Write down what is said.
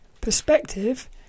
perspective